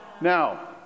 Now